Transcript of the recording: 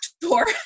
tour